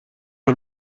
een